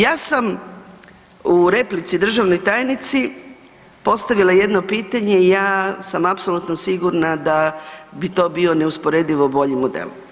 Ja sam u replici državnoj tajnici postavila jedno pitanje, ja sam apsolutno sigurna da bi to bio neusporedivo bolji model.